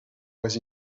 was